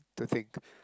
to think